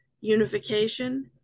unification